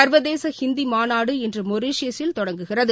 சா்வதேசஹிந்திமாநாடு இன்றுமொரிஷியசில் தொடங்குகிறது